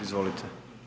Izvolite.